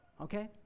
okay